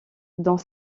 dans